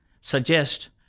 suggest